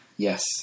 Yes